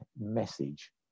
message